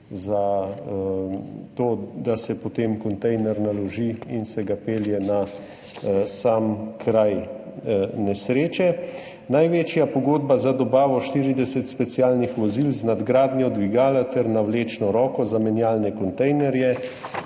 za to, da se potem kontejner naloži in se ga pelje na sam kraj nesreče. Največja pogodba za dobavo 40 specialnih vozil z nadgradnjo dvigala ter navlečno roko za menjalne kontejnerje